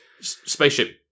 spaceship